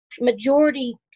majority